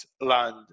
land